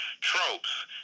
tropes